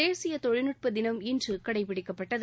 தேசிய தொழில்நுட்ப தினம் இன்று கடைபிடிக்கப்பட்டது